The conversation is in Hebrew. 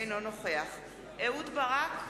אינו נוכח אהוד ברק,